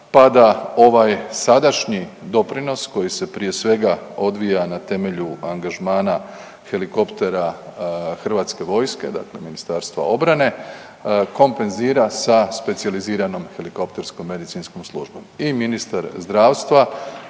pa da ovaj sadašnji doprinos koji se prije svega odvija na temelju angažmana helikoptera Hrvatske vojske, dakle MORH-a kompenzira sa Specijaliziranom helikopterskom medicinskom službom i ministar zdravstva